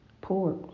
Pork